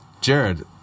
Jared